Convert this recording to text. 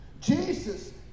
Jesus